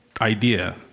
idea